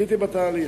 חיכיתי עם התהליך.